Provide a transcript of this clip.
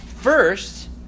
first